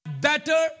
better